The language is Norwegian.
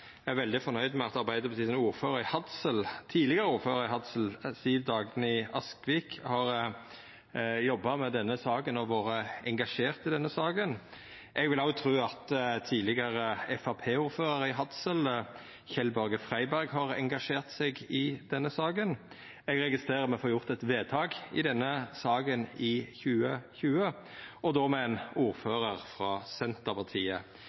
er veldig fornøgd med at Arbeidarpartiets tidlegare ordførar i Hadsel, Siv Dagny Aasvik, har jobba med og vore engasjert i denne saka. Eg vil òg tru at tidlegare Framstegsparti-ordførar i Hadsel, Kjell-Børge Freiberg, har engasjert seg i denne saka. Eg registrerer at me får gjort eit vedtak i denne saka i 2020, og då med ein ordførar frå Senterpartiet